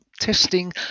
testing